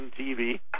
TV